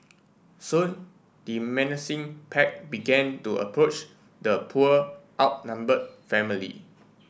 soon the menacing pack began to approach the poor outnumbered family